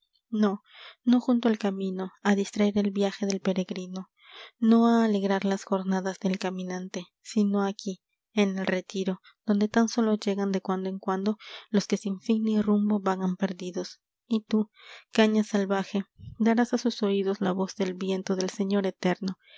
no no junto al camino a distraer el viaje del peregrino no a alegrar las jornadas del caminante sino aquí en el retiro donde tan sólo llegan de cuando en cuando los que sin fin ni rumbo vagar perdidos y tú caña salvaje darás e sus oídos la voz dl viento del señor eterno